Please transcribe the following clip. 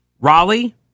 Raleigh